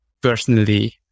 personally